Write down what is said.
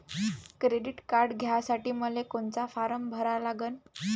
Credit card घ्यासाठी मले कोनचा फारम भरा लागन?